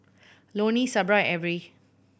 Loney Sabra Averie